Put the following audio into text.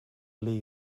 lee